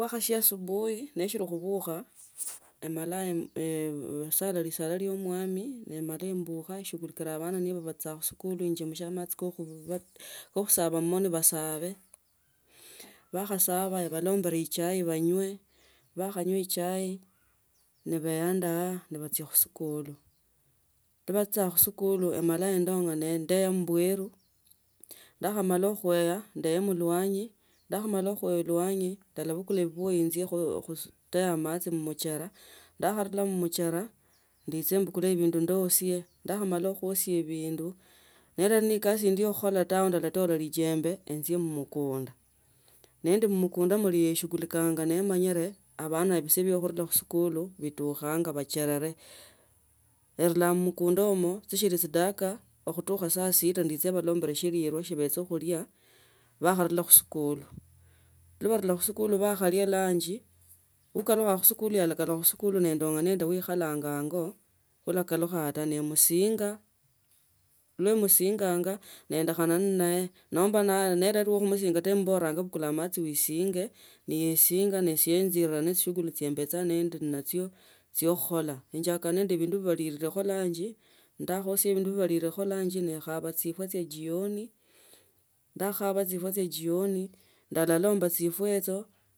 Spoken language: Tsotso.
Bwachasia asubuhi neshili khubukha emala esala lisala lyaomasami nemala imbakha shughulikila bana niba bachichanga khusikuli enjemusha amachi kho khusamba mmomi basabse bakhasaba embalombile echai banyose bakhangwa echai nibeandaa nabachia khusikuli nibavjia khusikuli amala endanga nendeya mbwelu ndakhamala khueya ndeye mulwanyi ndakhamala khunya elawanyi ndabukula bibuyu enjekho khutaya machi mumuehera ndakamarula mumachere ndiche imbukuje bindu ndosii ndakhamala khuesia pindu nerali nekasi indi ya khakhola tawe ndalatola ujembe enjie mumj kunda nendi mumukunda ilya neshughulikanga nimanyine abana ebise ba khunula khusikuli bitukhanga bachere erula mmukunda imo sichila chidakika ekutukha saa sita echie ebalombile shililo shia bachia khulia bakhanila khusikuli nebanula kusikuli bakhalia lunch. Ukalwicha khusikuli alakalukha khusikuli nendonga wekhalanga ango ulakalukha taa nemusinga nemisinganga nendekhana naye nomba ne alire wa khusinga tawe mala emubora ushinge nesie enjie kha shughuli shi imbecha nindi nachyo chyo khukhola njake inende bindu balilekho lunch ndakhaasya bindu balilekho lunch nekhoba chifwa chya jionj ndakhakhaba chifwa chya jioni ndalalomba chifwa hicho.